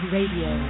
Radio